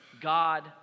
God